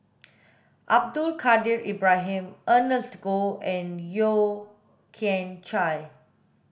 Abdul Kadir Ibrahim Ernest Goh and Yeo Kian Chye